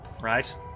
Right